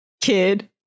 kid